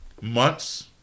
months